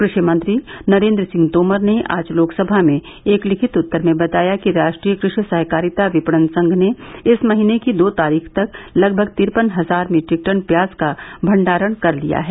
क्रेषि मंत्री नरेन्द्र सिंह तोमर ने आज लोकसभा में एक लिखित उत्तर में बताया कि राष्ट्रीय कृषि सहकारिता विपणन संघ ने इस महीने की दो तारीख तक लगभग तिरपन हजार मीट्रिक टन प्याज का भंडारण कर लिया है